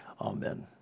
amen